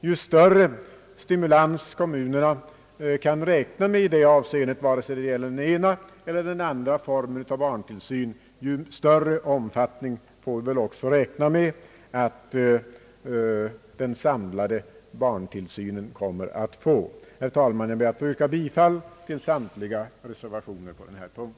Ju större stimulans kommunerna kan räkna med, vare sig det gäller den ena eller den andra formen av barntillsyn, desto större omfattning kan vi också räkna med att den samlade barntillsynen får. Herr talman! Jag ber att få yrka bifall till samtliga reservationer under denna punkt.